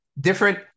different